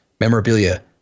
memorabilia